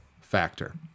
factor